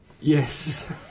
Yes